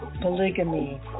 polygamy